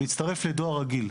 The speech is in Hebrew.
מצטרף לדואר רגיל.